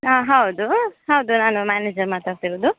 ಹಾಂ ಹೌದು ಹೌದು ನಾನು ಮ್ಯಾನೇಜರ್ ಮಾತಾಡ್ತಾ ಇರೋದು